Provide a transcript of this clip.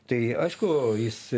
tai aišku jis